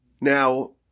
Now